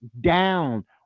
down